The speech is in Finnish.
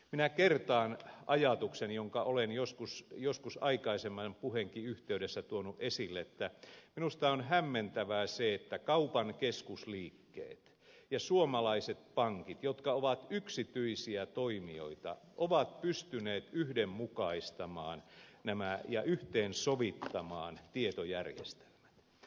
minä kertaan ajatuksen jonka olen joskus aikaisemman puheenkin yhteydessä tuonut esille että minusta on hämmentävää se että kaupan keskusliikkeet ja suomalaiset pankit jotka ovat yksityisiä toimijoita ovat pystyneet yhdenmukaistamaan ja yhteensovittamaan tietojärjestelmät